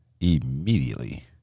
Immediately